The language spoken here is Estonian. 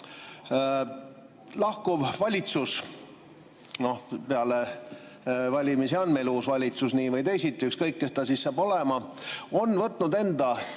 Lahkuv valitsus – peale valimisi on meil uus valitsus nii või teisiti, ükskõik, kes ta siis saab olema – on võtnud enda